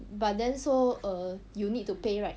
but then so err you need to pay right